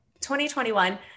2021